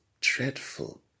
dreadful